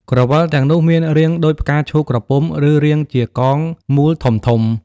ក្រវិលទាំងនោះមានរាងដូចផ្កាឈូកក្រពុំ ឬរាងជាកងមូលធំៗ។